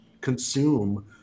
consume